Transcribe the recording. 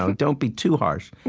don't don't be too harsh.